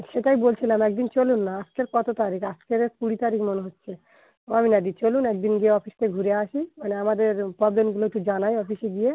সেটাই বলছিলাম এক দিন চলুন না আজকেরে কত তারিখ আজকেরে কুড়ি তারিখ মনে হচ্ছে ও আমিনাদি চলুন একদিন গিয়ে অফিস দিয়ে ঘুরে আসি মানে আমাদের প্রবলেমগুলো একটু জানাই অফিসে গিয়ে